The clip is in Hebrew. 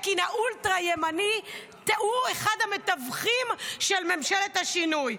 אלקין האולטרה-ימני הוא אחד המתווכים של ממשלת השינוי.